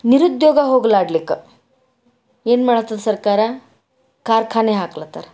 ನಿರುದ್ಯೋಗ ಹೊಗ್ಲಾಡ್ಲಿಕ್ಕ ಏನು ಮಾಡತ್ತದ ಸರ್ಕಾರ ಕಾರ್ಖಾನೆ ಹಾಕ್ಲತ್ತಾರ